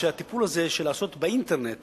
שהטיפול הזה של לעשות באינטרנט